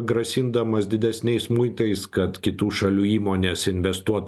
grasindamas didesniais muitais kad kitų šalių įmonės investuot